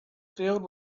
filled